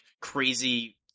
crazy